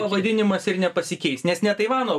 pavaidinimas ir nepasikeis nes ne taivano